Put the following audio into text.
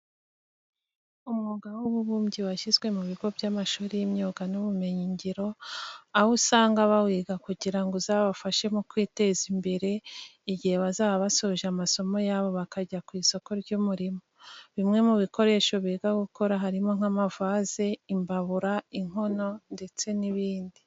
Umwuga w'ububumbyi washyizwe mu bigo by'amashuri y'imyuga n'ubumenyingiro, aho usanga bawiga kugira ngo uzabafashe mu kwiteza imbere igihe bazaba basoje amasomo yabo bakajya ku isoko ry'umurimo. Bimwe mu bikoresho biga gukora harimo nk'amavaze, imbabura, inkono ndetse n'ibindi.